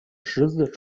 十字